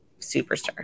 superstar